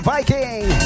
Viking